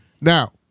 Now